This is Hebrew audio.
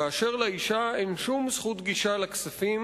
כאשר לאשה אין שום זכות גישה לכספים